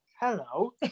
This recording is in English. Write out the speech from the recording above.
Hello